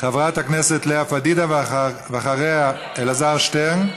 חברת הכנסת לאה פדידה, ואחריה, אלעזר שטרן,